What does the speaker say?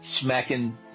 smacking